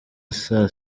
isaa